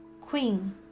Queen